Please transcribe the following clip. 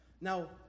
now